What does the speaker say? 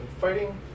fighting